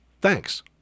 Thanks